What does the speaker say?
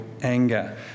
anger